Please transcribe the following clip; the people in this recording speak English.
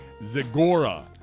Zagora